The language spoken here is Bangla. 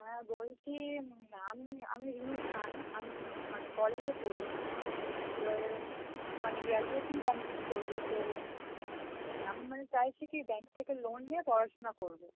হ্যাঁ বলছি আমি আমি রিমি খান আমি মানে কলেজে পড়ি এবারে মানে গ্র্যাজুয়েশন কমপ্লিট করবো তো আমি মানে চাইছি কি ব্যাঙ্ক থেকে লোন নিয়ে পড়াশোনা করবো